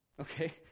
Okay